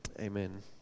Amen